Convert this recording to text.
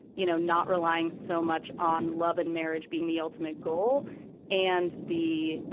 you know, not relying so much on love and marriage being the ultimate goal and the,